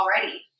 already